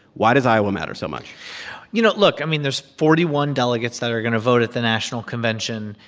why does iowa matter so much you know, look. i mean, there's forty one delegates that are going to vote at the national convention.